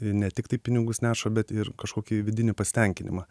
ne tiktai pinigus neša bet ir kažkokį vidinį pasitenkinimą